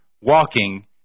walking